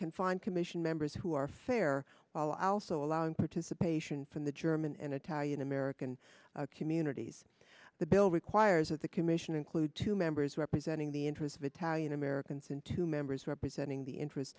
can find commission members who are fair while also allowing participation from the german and italian american communities the bill requires that the commission include two members representing the interests of italian americans and two members representing the interests